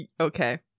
okay